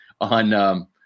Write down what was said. on